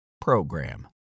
PROGRAM